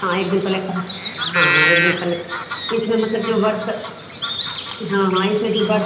हँ एक दिन पहले हाँ हाँ एक दिन फले इसमें मतलब जो हाँ हाँ इसमें बड्स